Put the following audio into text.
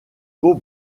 beaux